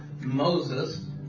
Moses